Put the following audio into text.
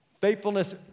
faithfulness